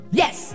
yes